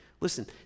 Listen